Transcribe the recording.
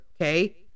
Okay